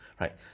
right